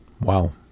Wow